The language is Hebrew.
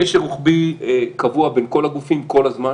קשר רוחבי קבוע בין כל הגופים כל הזמן.